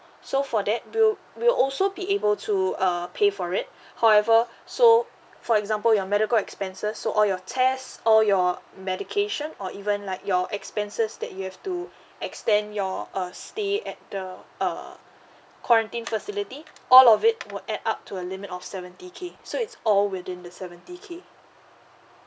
so for that we'll we'll also be able to uh pay for it however so for example your medical expenses so all your test all your medication or even like your expenses that you have to extend your uh stay at the uh quarantine facility all of it will add up to a limit of seventy K so it's all within the seventy K